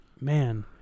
Man